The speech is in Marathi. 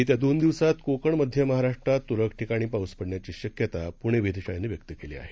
येत्या दोन दिवसात कोकण मध्य महाराष्ट्रात तुरळक ठिकाणी पाऊस पडण्याची शक्यता प्णे वेधशाळेनं व्यक्त केली आहे